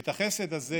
את החסד הזה